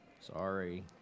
Sorry